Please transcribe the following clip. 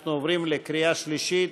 אנחנו עוברים לקריאה שלישית.